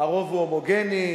הרוב הוא הומוגני,